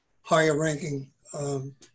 higher-ranking